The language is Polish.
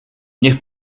niech